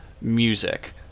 music